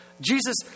Jesus